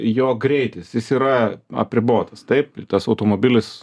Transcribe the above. jo greitis jis yra apribotas taip tas automobilis